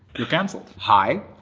you canceled. hi,